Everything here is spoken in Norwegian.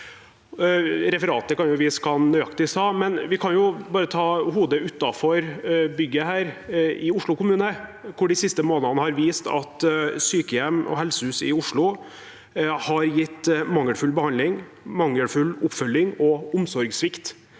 Referatet kan vise hva han nøyaktig sa, men vi kan jo bare stikke hodet ut av bygget her i Oslo kommune, hvor de siste månedene har vist at sykehjem og helsehus i Oslo har gitt mangelfull behandling, mangelfull oppfølging og omsorgssvikt.